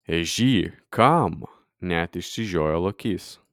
ežy kam net išsižiojo lokys